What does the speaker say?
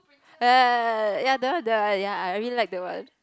ya that one that one I really like that one